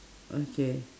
okay